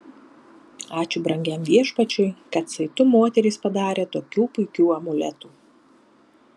ačiū brangiam viešpačiui kad saitu moterys padarė tokių puikių amuletų